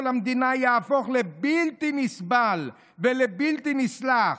המדינה יהפוך לבלתי נסבל ולבלתי נסלח.